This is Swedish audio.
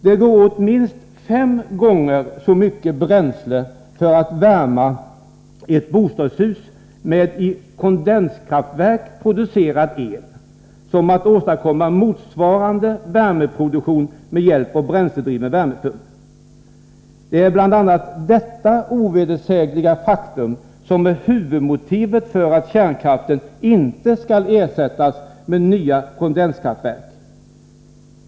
Det går åt minst fem gånger så mycket bränsle för att värma ett bostadshus med i kondenskraftverk producerad el som att åstadkomma motsvarande värmeproduktion med hjälp av en bränsledriven värmepump. Det är bl.a. detta ovedersägliga faktum som är huvudmotivet för att kärnkraften inte skall ersättas med nya kondenskraftverk.